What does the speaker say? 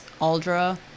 Aldra